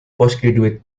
postgraduate